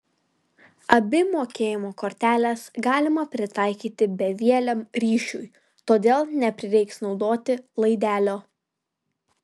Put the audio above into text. abi mokėjimo korteles galima pritaikyti bevieliam ryšiui todėl neprireiks naudoti laidelio